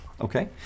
Okay